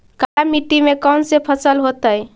काला मिट्टी में कौन से फसल होतै?